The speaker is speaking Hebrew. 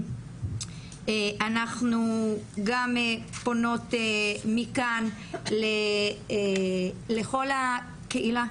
אנחנו גם פונות מכאן לכל הקהילה,